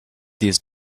these